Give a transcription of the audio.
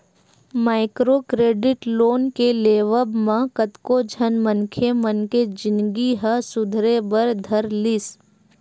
micro credit loan के लेवब म कतको झन मनखे मन के जिनगी ह सुधरे बर धर लिस